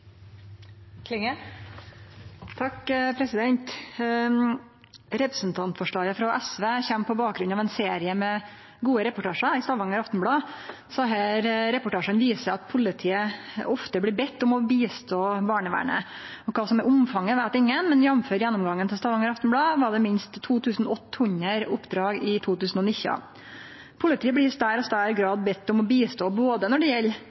Representantforslaget frå SV kjem på bakgrunn av ein serie med gode reportasjar i Stavanger Aftenblad. Desse reportasjane viser at politiet ofte blir bedt om å hjelpe barnevernet. Kva som er omfanget, veit ingen, men ut frå gjennomgangen til Stavanger Aftenblad var det minst 2 800 oppdrag i 2019. Politiet blir i større og større grad bedt om å hjelpe både når det